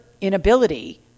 inability